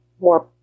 more